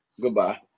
Goodbye